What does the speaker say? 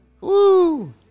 Woo